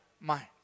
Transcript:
minds